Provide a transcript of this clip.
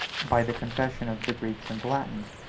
by the confession of the greeks and latins,